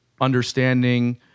understanding